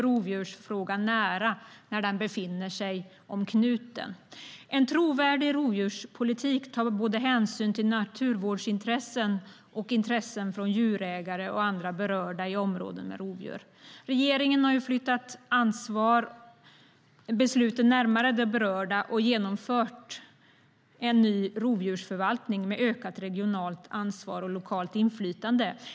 Rovdjursfrågan kommer nära när den befinner sig runt knuten. En trovärdig rovdjurspolitik tar hänsyn både till naturvårdsintressen och intressen från djurägare och andra berörda i områden med rovdjur. Regeringen har flyttat besluten närmare de berörda och genomfört en ny rovdjursförvaltning med ökat regionalt ansvar och lokalt inflytande.